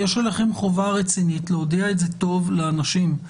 יש עליכם חובה רצינית להודיע את זה טוב לאנשים,